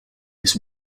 his